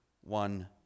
one